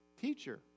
teacher